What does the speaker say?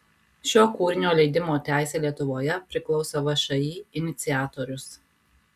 šio kūrinio leidimo teisė lietuvoje priklauso všį iniciatorius